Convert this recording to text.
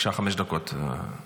בבקשה, חמש דקות, חבר הכנסת רם בן ברק.